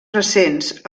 recents